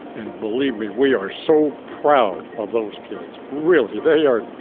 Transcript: and believe me, we are so proud of those kids. really, they are.